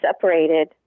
separated